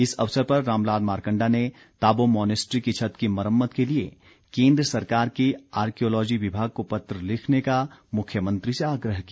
इस अवसर पर रामलाल मारकण्डा ने ताबो मॉनिस्ट्री की छत की मरम्मत के लिए केन्द्र सरकार के आर्कियोलॉजी विभाग को पत्र लिखने का मुख्यमंत्री से आग्रह किया